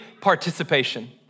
participation